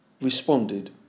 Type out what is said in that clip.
responded